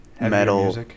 metal